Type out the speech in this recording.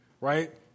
Right